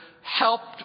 helped